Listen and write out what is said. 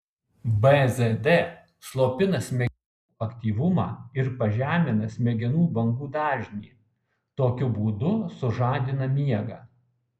bzd slopina smegenų aktyvumą ir pažemina smegenų bangų dažnį tokiu būdu sužadina miegą